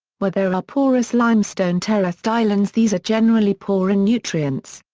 where there are porous limestone terraced islands these are generally poor in nutrients.